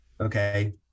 okay